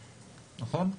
נכון?